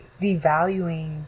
devaluing